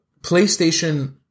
PlayStation